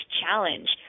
challenge